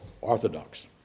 orthodox